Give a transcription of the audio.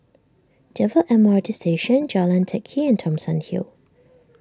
Dover M R T Station Jalan Teck Kee and Thomson Hill